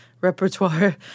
repertoire